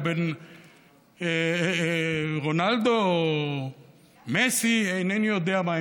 או לבין רונלדו או מסי או אינני יודע מי.